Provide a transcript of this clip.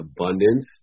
abundance